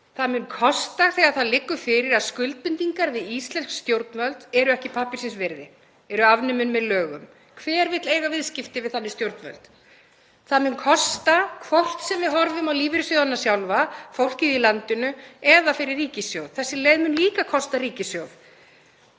Það mun kosta þegar það liggur fyrir að skuldbindingar við íslensk stjórnvöld eru ekki pappírsins virði, eru afnumdar með lögum. Hver vill eiga viðskipti við þannig stjórnvöld? Það mun kosta, hvort sem við horfum á lífeyrissjóðina sjálfa, fólkið í landinu eða ríkissjóð. Þessi leið mun líka kosta ríkissjóð,